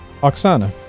Oksana